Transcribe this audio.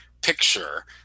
picture